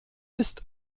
ist